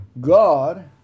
God